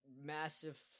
massive